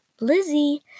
Lizzie